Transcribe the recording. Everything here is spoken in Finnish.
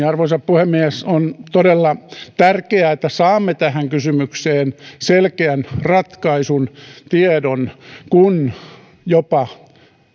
arvoisa puhemies on todella tärkeää että saamme tähän kysymykseen selkeän ratkaisun tiedon kun jopa